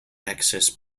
accessed